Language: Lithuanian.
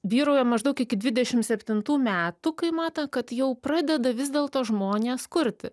vyrauja maždaug iki dvidešim septintų metų kai mato kad jau pradeda vis dėlto žmonės kurti